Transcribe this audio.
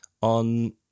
on